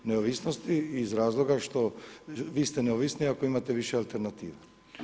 Neovisnosti iz razloga što vi ste neovisniji ako imate više alternative.